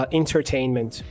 entertainment